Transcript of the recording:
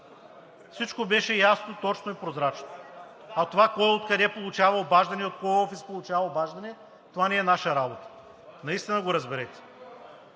Всичко беше ясно, точно и прозрачно. Това кой от къде получава обаждане – от кой офис получава обаждане, не е наша работа. Наистина го разберете!